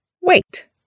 Wait